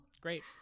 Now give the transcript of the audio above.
Great